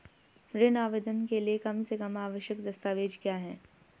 ऋण आवेदन के लिए कम से कम आवश्यक दस्तावेज़ क्या हैं?